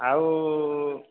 ଆଉ